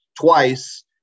twice